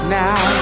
now